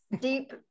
deep